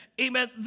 Amen